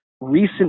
recent